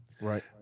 Right